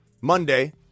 Monday